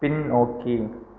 பின்னோக்கி